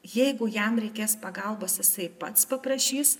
jeigu jam reikės pagalbos jisai pats paprašys